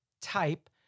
type